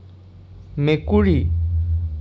মেকুৰী